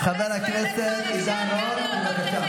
חבר הכנסת עידן רול, בבקשה.